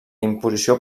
imposició